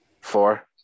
four